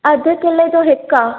अधु कीले जो हिकु आहे